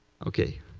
okay.